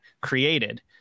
created